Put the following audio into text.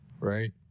right